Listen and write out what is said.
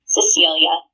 Cecilia